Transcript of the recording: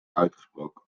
uitgesproken